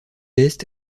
est